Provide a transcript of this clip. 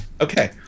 okay